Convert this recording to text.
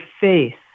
faith